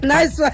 Nice